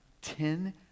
ten